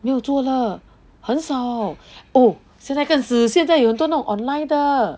没有做了很少 oh 现在更死现在有很多那种 online 的